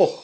och